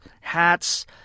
hats